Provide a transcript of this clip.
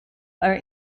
are